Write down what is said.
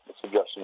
suggestion